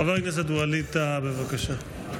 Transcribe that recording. חבר הכנסת ווליד טאהא, בבקשה.